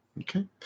Okay